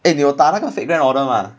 eh 你有打那个 fate grand order 吗